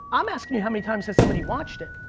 i'm asking you how many times has somebody watched it.